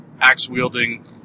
axe-wielding